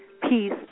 Peace